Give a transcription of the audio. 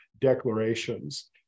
declarations